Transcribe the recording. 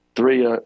Three